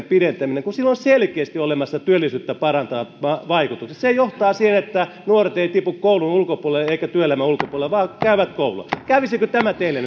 pidentäminen kun sillä on selkeästi olemassa työllisyyttä parantavat vaikutukset se johtaa siihen että nuoret eivät tipu koulun ulkopuolelle eivätkä työelämän ulkopuolelle vaan käyvät koulua kävisikö tämä teille